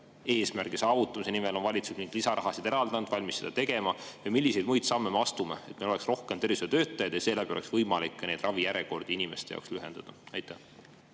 eesmärgi saavutamise nimel on valitsus mingeid lisarahasid eraldanud või on valmis seda tegema? Milliseid muid samme me astume, et meil oleks rohkem tervishoiutöötajaid ja seeläbi oleks võimalik ravijärjekordi inimeste jaoks lühendada? Aitäh!